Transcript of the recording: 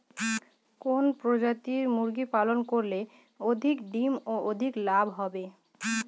কোন প্রজাতির মুরগি পালন করলে অধিক ডিম ও অধিক লাভ হবে?